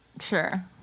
Sure